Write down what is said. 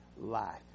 Life